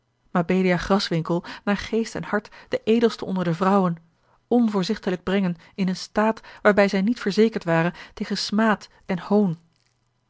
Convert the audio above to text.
mabelia graswinckel naar geest en hart de edelste onder de vrouwen onvoorzichtiglijk brengen in een staat waarbij zij niet verzekerd ware tegen smaad en hoon